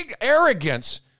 arrogance